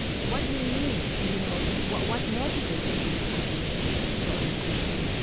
what do you mean? you know, what what motivated you to forgive him so unconditionally?